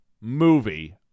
movie